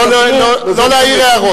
לא להעיר הערות.